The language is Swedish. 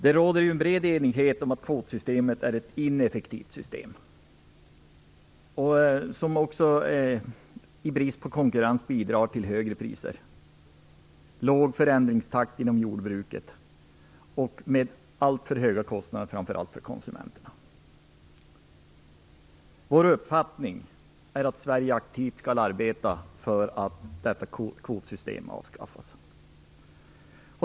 Det råder en bred enighet om att kvotsystemet är ett ineffektivt system, som också, i brist på konkurrens, bidrar till högre priser, låg förändringstakt inom jordbruket och alltför höga kostnader, framför allt för konsumenterna. Vår uppfattning är att Sverige aktivt skall arbeta för att detta kvotsystem avskaffas.